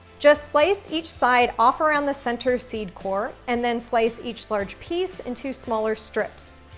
just slice each side off around the center seed core and then slice each large piece into smaller strips.